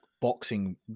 boxing